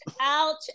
Ouch